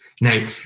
Now